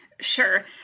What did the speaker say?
Sure